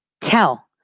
tell